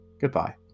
Goodbye